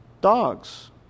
dogs